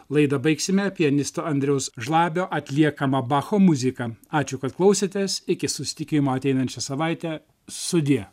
laidą baigsime pianisto andriaus žlabio atliekama bacho muzika ačiū kad klausėtės iki susitikimo ateinančią savaitę sudie